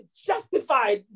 justified